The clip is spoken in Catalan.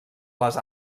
les